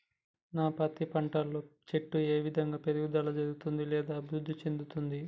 నా పత్తి పంట లో చెట్టు ఏ విధంగా పెరుగుదల జరుగుతుంది లేదా అభివృద్ధి చెందుతుంది?